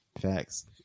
Facts